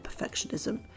perfectionism